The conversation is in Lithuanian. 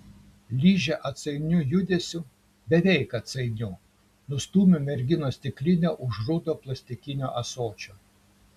ližė atsainiu judesiu beveik atsainiu nustūmė merginos stiklinę už rudo plastikinio ąsočio